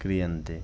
क्रियन्ते